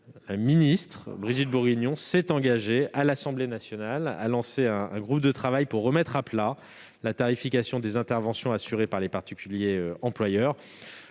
chargée de l'autonomie, s'est engagée devant l'Assemblée nationale à lancer un groupe de travail pour remettre à plat la tarification des interventions financées par les particuliers employeurs.